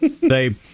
they-